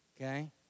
okay